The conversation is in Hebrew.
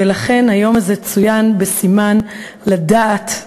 ולכן היום הזה צוין בסימן לדעת,